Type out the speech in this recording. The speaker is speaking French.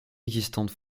existantes